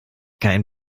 kein